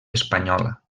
espanyola